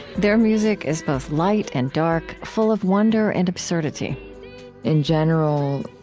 their music is both light and dark, full of wonder and absurdity in general,